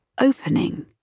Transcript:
opening